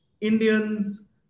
Indians